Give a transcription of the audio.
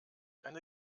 eine